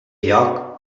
lloc